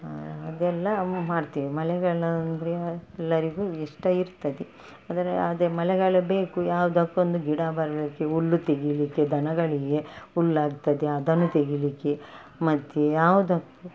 ಅದೆಲ್ಲ ಮಾಡ್ತೇವೆ ಮಳೆಗಾಲ ಅಂದರೆ ಎಲ್ಲರಿಗೂ ಇಷ್ಟ ಇರ್ತದೆ ಆದರೆ ಅದೇ ಮಳೆಗಾಲ ಬೇಕು ಯಾವುದಕ್ಕೂ ಒಂದು ಗಿಡ ಬರಲಿಕ್ಕೆ ಹುಲ್ಲು ತೆಗೀಲಿಕ್ಕೆ ದನಗಳಿಗೆ ಹುಲ್ಲಾಗ್ತದೆ ಅದನ್ನು ತೆಗೀಲಿಕ್ಕೆ ಮತ್ತೆ ಯಾವುದಕ್ಕೂ